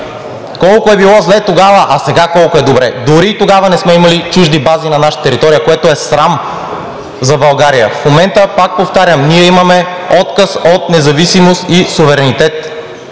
колко е било зле тогава и сега колко е добре, дори тогава не сме имали чужди бази на наша територия. Това е срам за България в момента. Пак повтарям, ние имаме отказ от независимост и суверенитет